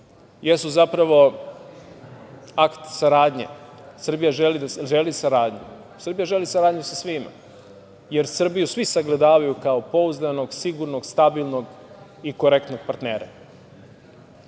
jesum zapravo akt saradnje. Srbija želi saradnju. Srbija želi saradnju sa svima, jer Srbiju svi sagledavaju kao pouzdanog, sigurnog, stabilnog i korektnog partnera. Na